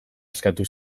eskatu